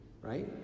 right